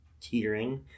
teetering